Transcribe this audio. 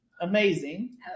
amazing